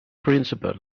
principal